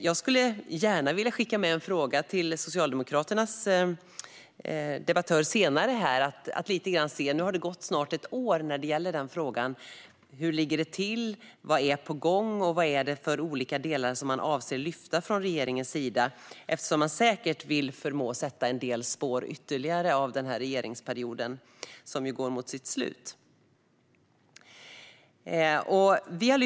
Jag skulle gärna vilja skicka med några frågor till Socialdemokraternas debattör: Nu har det gått snart ett år när det gäller denna fråga, och hur ligger den till? Vad är på gång? Vad är det för olika delar man från regeringens sida avser att lyfta fram? Man vill nämligen säkert sätta en del ytterligare spår efter denna regeringsperiod, som ju går mot sitt slut.